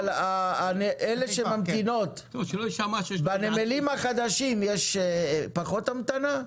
אלה שממתינות בנמלים החדשים שהקמתם יש פחות המתנה?